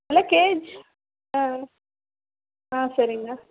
எல்லாம் கேஜ் ஆ ஆ சரிங்கண்ணா